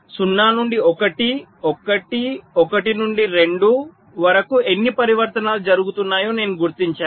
0 నుండి 1 1 1 నుండి 2 వరకు ఎన్ని పరివర్తనాలు జరుగుతున్నాయో నేను గుర్తించాను